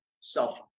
self